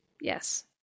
Yes